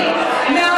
קשורים.